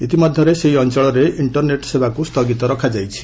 ଇତିମଧ୍ୟରେ ସେହି ଅଞ୍ଚଳରେ ଇଷ୍ଟରନେଟ୍ ସେବାକୁ ସ୍ଥଗିତ ରଖାଯାଇଛି